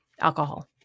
alcohol